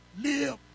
live